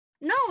No